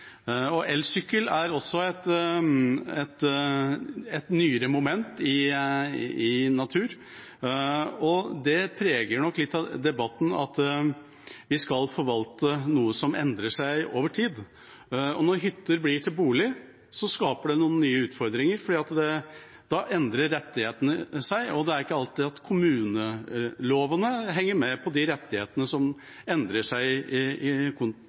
utfordringer. Elsykkel er også et nyere moment i naturen, og det preger nok litt av debatten at vi skal forvalte noe som endrer seg over tid. Når hytter blir til boliger, skaper det noen nye utfordringer, for da endrer rettighetene seg, og det er ikke alltid kommuneloven henger med på de rettighetene som endrer seg fordi bruken omdisponeres. I